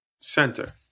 center